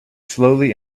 slowly